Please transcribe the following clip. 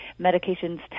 medications